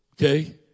Okay